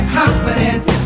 confidence